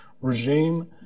regime